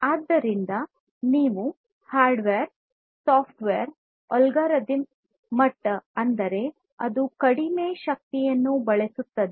ಆದ್ದರಿಂದ hardware software algorithm ಮಟ್ಟ ಕಡಿಮೆ ಶಕ್ತಿಯನ್ನು ಬಳಸುತ್ತವೆ